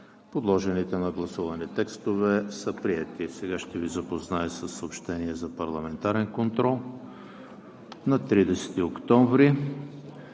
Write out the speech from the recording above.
Подложените на гласуване текстове са приети. Сега ще Ви запозная със съобщение за парламентарен контрол на 30 октомври.